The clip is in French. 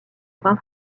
brun